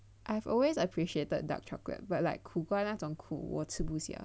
I have always appreciated dark chocolate but like 苦瓜那种苦我吃不起